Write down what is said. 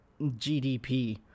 GDP